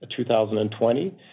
2020